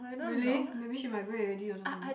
really maybe she migrate already also don't know